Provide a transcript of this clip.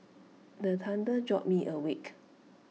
the thunder jolt me awake